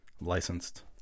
Licensed